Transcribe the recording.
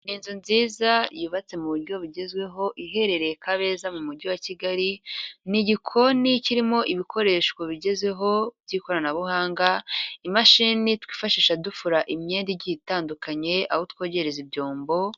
Ni inzu nziza yubatse mu buryo bugezweho, iherereye Kabeza mu mujyi wa Kigali n'gikoni kirimo ibikoresho bigezweho by'ikoranabuhanga, imashini twifashisha dukorara imyenda igiye itandukanye, aho twogereza ibyombo.